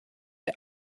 der